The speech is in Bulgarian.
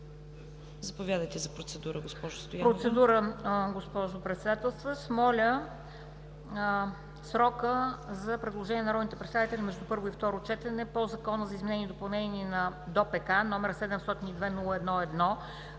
Заповядайте за процедура, госпожо Стоянова.